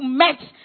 match